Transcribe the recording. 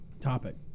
topic